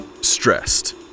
stressed